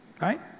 right